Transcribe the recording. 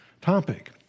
topic